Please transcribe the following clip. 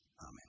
Amen